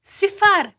صِفر